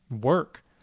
work